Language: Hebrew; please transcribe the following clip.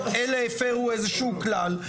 אלה הפרו איזשהו כלל,